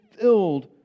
filled